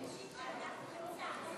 גברתי היושבת-ראש,